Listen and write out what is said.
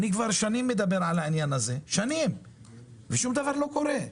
אני כבר שנים מדבר על העניין הזה ושום דבר לא קורה.